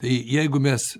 tai jeigu mes